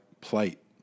plight